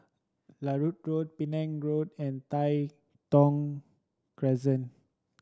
Larut Road Penang Road and Tai Thong Crescent